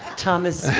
thomas,